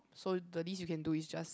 so the least you can do is just